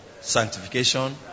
sanctification